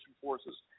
forces